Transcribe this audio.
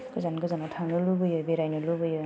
गोजान गोजानाव थांनो लुबैयो बेरायनो लुबैयो